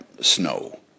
snow